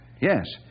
Yes